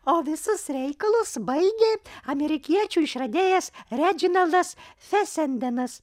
o visus reikalus baigė amerikiečių išradėjas redžinaldas fesendenas